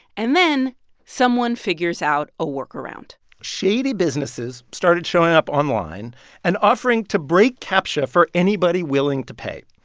and then someone figures out a workaround shady businesses started showing up online and offering to break captcha for anybody willing to pay.